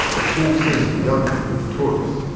a cool scene for young people and tourists.